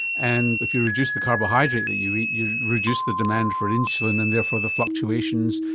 and if you reduce the carbohydrate that you eat, you reduce the demand for insulin and therefore the fluctuations,